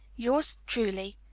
yours truly,